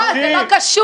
לא, זה לא קשור.